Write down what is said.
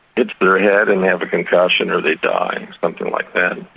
hits their head and they have a concussion, or they die something like that.